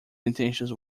intentions